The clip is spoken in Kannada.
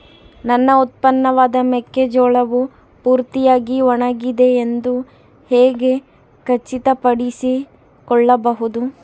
ನನ್ನ ಉತ್ಪನ್ನವಾದ ಮೆಕ್ಕೆಜೋಳವು ಪೂರ್ತಿಯಾಗಿ ಒಣಗಿದೆ ಎಂದು ಹೇಗೆ ಖಚಿತಪಡಿಸಿಕೊಳ್ಳಬಹುದು?